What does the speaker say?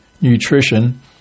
nutrition